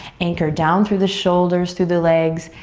anchor down through the shoulders, through the legs,